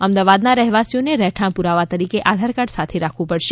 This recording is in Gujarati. અમદાવાદના રહેવાસીઓને રહેઠાણ પુરાવા તરીકે આધાર કાર્ડ સાથે રાખવું પડશે